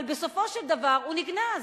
אבל בסופו של דבר הוא נגנז.